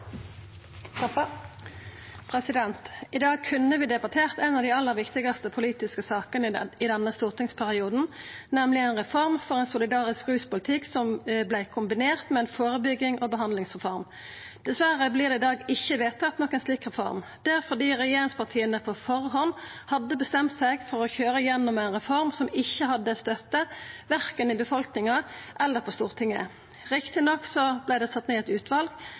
I dag kunne vi debattert ei av dei aller viktigaste politiske sakene i denne stortingsperioden, nemleg ei reform for solidarisk ruspolitikk som vert kombinert med ei førebyggings- og behandlingsreform. Dessverre vert det i dag ikkje vedtatt ei slik reform. Det er fordi regjeringspartia på førehand hadde bestemt seg for å køyra igjennom ei reform som ikkje hadde støtte verken i befolkninga eller på Stortinget. Rett nok vart det sett ned